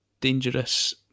dangerous